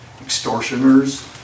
extortioners